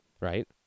Right